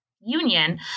union